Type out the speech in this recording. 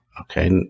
Okay